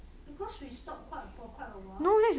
because we stop quite for awhile